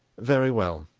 very well,